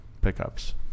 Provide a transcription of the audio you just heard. pickups